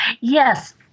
Yes